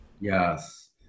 Yes